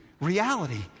reality